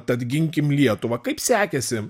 tad ginkim lietuvą kaip sekėsi